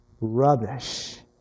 Rubbish